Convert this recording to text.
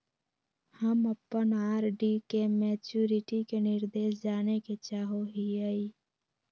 हम अप्पन आर.डी के मैचुरीटी के निर्देश जाने के चाहो हिअइ